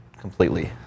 completely